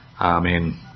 Amen